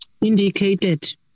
Indicated